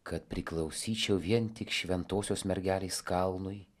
kad priklausyčiau vien tik šventosios mergelės kalnui